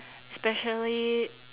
especially